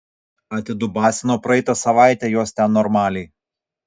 atidubasino praeitą savaitę juos ten normaliai